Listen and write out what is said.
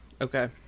okay